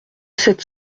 sept